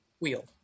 wheel